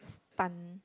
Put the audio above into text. stun